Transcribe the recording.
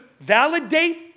validate